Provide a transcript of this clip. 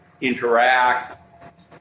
interact